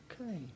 Okay